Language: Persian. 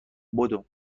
بدو